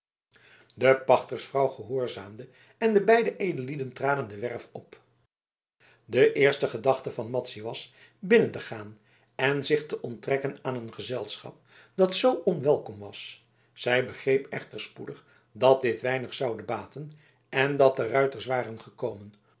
de pachtersvrouw gehoorzaamde en de beide edellieden traden de werf op de eerste gedachte van madzy was binnen te gaan en zich te onttrekken aan een gezelschap dat zoo onwelkom was zij begreep echter spoedig dat dit weinig zoude baten en dat de ruiters waren gekomen